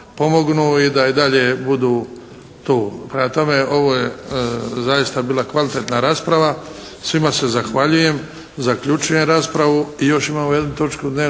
I da i dalje budu tu. Prema tome ovo je zaista bila kvalitetna rasprava. Svima se zahvaljujem. Zaključujem raspravu. **Šeks,